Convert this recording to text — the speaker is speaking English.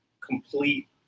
complete